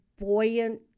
buoyant